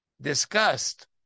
discussed